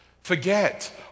Forget